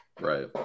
Right